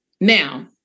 Now